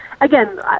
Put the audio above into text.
again